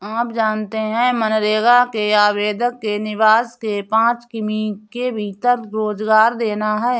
आप जानते है मनरेगा में आवेदक के निवास के पांच किमी के भीतर रोजगार देना है?